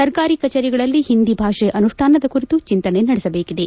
ಸರ್ಕಾಲಿ ಕಛೇರಿಗಳಲ್ಲ ಹಿಂದಿ ಭಾಷೆಯ ಅನುಷ್ಠಾನದ ಕುಲಿತು ಚಿಂತನೆ ನಡೆಸಬೇಕಿದೆ